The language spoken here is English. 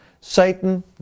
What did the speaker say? Satan